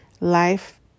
Life